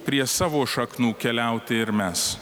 prie savo šaknų keliauti ir mes